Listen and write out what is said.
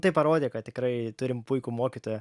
tai parodė kad tikrai turim puikų mokytoją